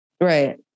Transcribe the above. Right